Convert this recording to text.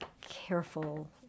careful